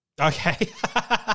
Okay